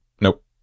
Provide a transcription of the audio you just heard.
Nope